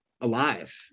alive